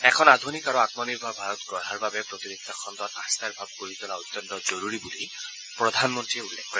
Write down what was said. এখন আধুনিক আৰু আমনিৰ্ভৰ ভাৰত গঢ়াৰ বাবে প্ৰতিৰক্ষা খণুক আম্থাৰ ভাৱ গঢ়ি তোলা অত্যন্ত জৰুৰী বুলি প্ৰধানমন্ত্ৰীয়ে উল্লেখ কৰে